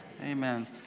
Amen